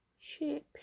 shape